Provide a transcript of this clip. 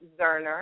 Zerner